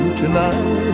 tonight